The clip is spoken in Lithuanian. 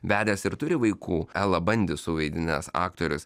vedęs ir turi vaikų elą bandį suvaidinęs aktorius